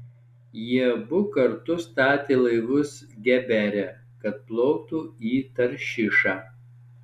jie abu kartu statė laivus gebere kad plauktų į taršišą